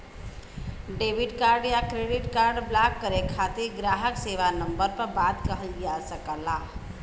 debit card या credit card block करे खातिर ग्राहक सेवा नंबर पर बात किहल जा सकला